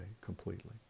completely